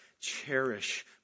Cherish